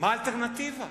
מה האלטרנטיבה?